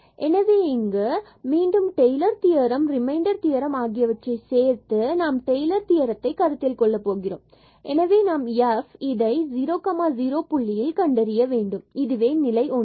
எனவே இங்கு மீண்டும் டெய்லர் தியரம் மற்றும் ரிமைண்டர் தியரம் ஆகியவற்றை சேர்த்து நாம் டெய்லர் தியரம் கருத்தில் கொள்ளப் போகிறோம் எனவே நாம் f இதை இந்த 0 0 புள்ளியில் கண்டறிய வேண்டும் இதுவே நிலை ஒன்று ஆகும்